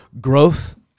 growth